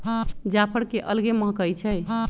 जाफर के अलगे महकइ छइ